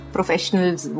Professionals